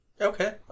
Okay